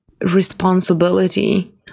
responsibility